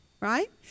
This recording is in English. right